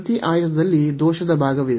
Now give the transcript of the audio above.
ಪ್ರತಿ ಆಯತದಲ್ಲಿ ದೋಷದ ಭಾಗವಿದೆ